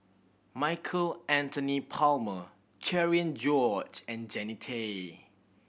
Michael Anthony Palmer Cherian George and Jannie Tay